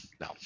No